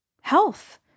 Health